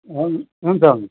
हुन्छ हुन्छ